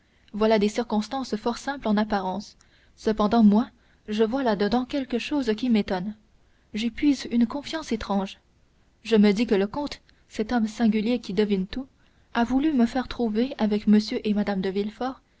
voilà des circonstances fort simples en apparence cependant moi je vois là-dedans quelque chose qui m'étonne j'y puise une confiance étrange je me dis que le comte cet homme singulier qui devine tout a voulu me faire trouver avec m et mme de